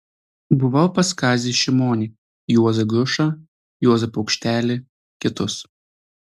buvau pas kazį šimonį juozą grušą juozą paukštelį kitus